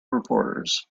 reporters